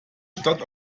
stadt